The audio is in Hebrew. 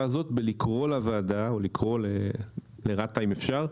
הזאת בלקרוא לוועדה או לקרוא לרת"א אם אפשר,